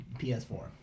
PS4